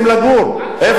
איפה יגורו?